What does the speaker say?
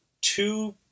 two